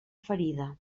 ferida